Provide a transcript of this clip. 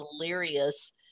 delirious